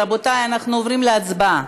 רבותי, אנחנו עוברים להצבעה.